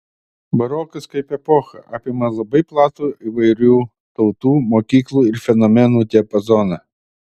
barokas kaip epocha apima labai platų įvairių tautų mokyklų ir fenomenų diapazoną